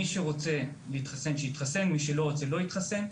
מי שרוצה שיתחסן ומי שלא רוצה שלא יתחסן.